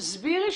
תסבירי.